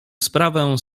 sprawę